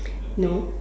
no